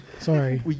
sorry